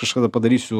kažkada padarysiu